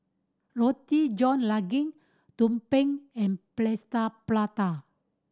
Roti John Daging tumpeng and plaster